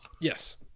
Yes